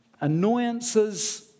annoyances